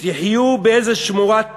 תחיו באיזה שמורת טבע"